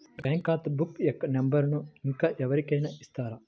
నా బ్యాంక్ ఖాతా బుక్ యొక్క నంబరును ఇంకా ఎవరి కైనా ఇస్తారా?